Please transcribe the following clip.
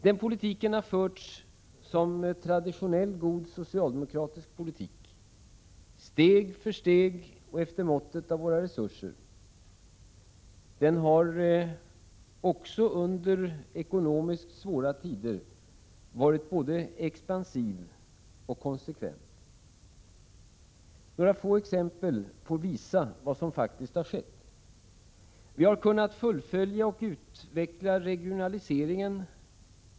Den politiken har förts som traditionell god socialdemokratisk politik, steg för steg och efter måttet av våra resurser. Den har också under ekonomiskt svåra tider varit både expansiv och konsekvent. Några få exempel får visa vad som faktiskt har skett. Vi har kunnat fullfölja och utveckla regionaliseringen.